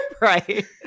Right